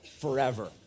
forever